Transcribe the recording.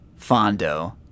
Fondo